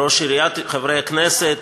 חברי הכנסת,